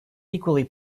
equally